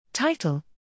Title